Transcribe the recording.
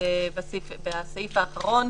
בסעיף האחרון,